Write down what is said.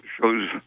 shows